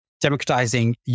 democratizing